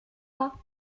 pas